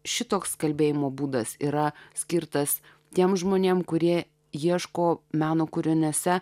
šitoks kalbėjimo būdas yra skirtas tiems žmonėms kurie ieško meno kūriniuose